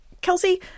Kelsey